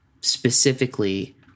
specifically